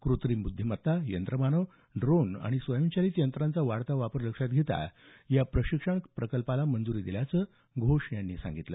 कृत्रिम बुध्दीमत्ता यंत्रमानव ड्रोन आणि स्वयंचलित यंत्राचा वाढता वापर लक्षात घेता या प्रशिक्षण प्रकल्पाला मंजुरी दिल्याचं घोष यांनी सांगितलं